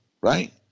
right